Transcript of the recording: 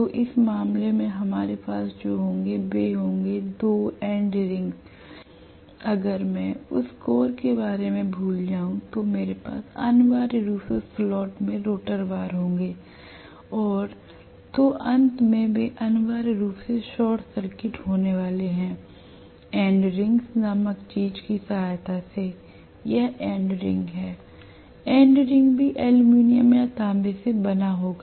तो इस मामले में हमारे पास जो होंगे वे होंगे दो एंड रिंग्स अगर मैं उस कोर के बारे में भूल जाऊं तो मेरे पास अनिवार्य रूप से स्लॉट में रोटर बार होंगेऔर तो अंत में वे अनिवार्य रूप से शॉर्ट सर्किट होने वाले हैं एंड रिंग्स नामक चीज की सहायता से यह एंड रिंग हैl एंड रिंग भी एल्यूमीनियम या तांबे से बना होगा